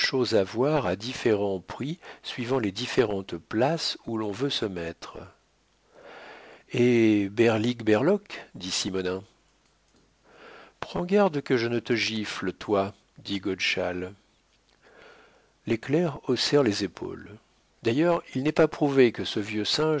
à voir à différents prix suivant les différentes places où l'on veut se mettre et berlik berlok dit simonnin prends garde que je ne te gifle toi dit godeschal les clercs haussèrent les épaules d'ailleurs il n'est pas prouvé que ce vieux singe